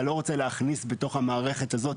אתה לא רוצה להכניס למערכת הזאת,